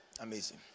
Amazing